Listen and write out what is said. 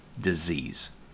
disease